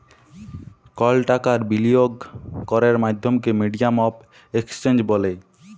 call টাকার বিলিয়গ ক্যরের মাধ্যমকে মিডিয়াম অফ এক্সচেঞ্জ ব্যলে